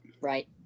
Right